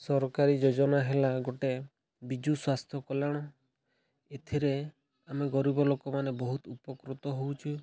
ସରକାରୀ ଯୋଜନା ହେଲା ଗୋଟେ ବିଜୁ ସ୍ୱାସ୍ଥ୍ୟ କଲ୍ୟାଣ ଏଥିରେ ଆମେ ଗରିବ ଲୋକମାନେ ବହୁତ ଉପକୃତ ହେଉଛୁ